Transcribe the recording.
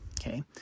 Okay